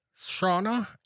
Shauna